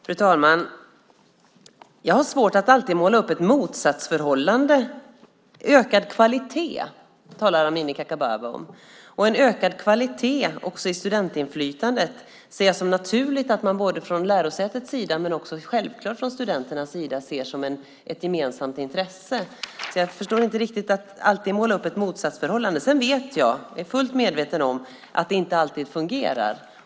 Fru talman! Jag har svårt att alltid måla upp ett motsatsförhållande. Ökad kvalitet talar Amineh Kakabaveh om. En ökad kvalitet också i studentinflytandet ser jag som naturligt att man från lärosätets sida och självklart från studenternas sida ser som ett gemensamt intresse. Jag förstår inte riktigt att man alltid ska måla upp ett motsatsförhållande. Jag är fullt medveten om att det inte alltid fungerar.